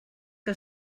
que